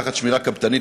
תחת שמירה קפדנית,